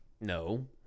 no